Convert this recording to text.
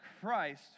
Christ